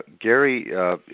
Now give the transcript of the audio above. Gary